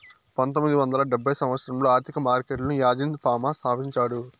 పంతొమ్మిది వందల డెబ్భై సంవచ్చరంలో ఆర్థిక మార్కెట్లను యాజీన్ ఫామా స్థాపించాడు